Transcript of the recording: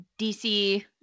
DC